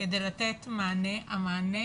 כדי לתת מענה, המענה